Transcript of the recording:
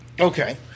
Okay